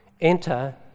enter